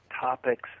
topics